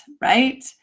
Right